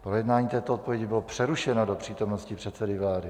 Projednání této odpovědi bylo přerušeno do přítomnosti předsedy vlády.